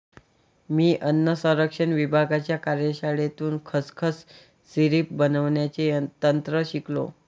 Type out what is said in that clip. मी अन्न संरक्षण विभागाच्या कार्यशाळेतून खसखस सिरप बनवण्याचे तंत्र शिकलो